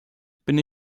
bin